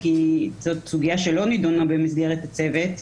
כי זאת סוגיה שלא נידונה במסגרת הצוות,